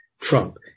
Trump